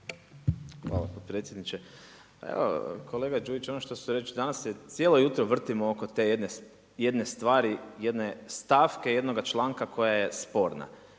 Hvala potpredsjedniče. Evo, kolega Đujić ono što ste rekli danas se cijelo jutro vrtimo oko te jedne stvari, jedne stavke, jednoga članka koja je sporna.